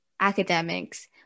academics